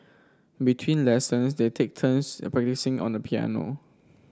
between lessons they take turns on the piano